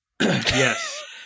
Yes